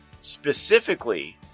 specifically